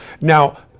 Now